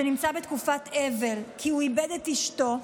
שנמצא בתקופת אבל כי הוא איבד את אשתו,